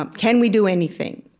um can we do anything?